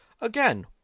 Again